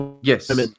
Yes